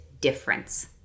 difference